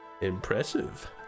Impressive